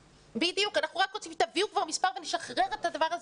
אנחנו רק רוצים שתביאו מספר ונשחרר את הדבר הזה.